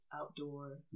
outdoor